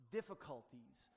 difficulties